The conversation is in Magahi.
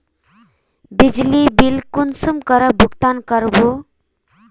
बिजली बिल कुंसम करे भुगतान कर बो?